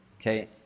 Okay